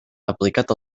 aplicat